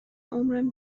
عمرم